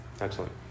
Excellent